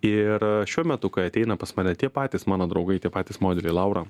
ir šiuo metu kai ateina pas mane tie patys mano draugai tie patys modeliai laura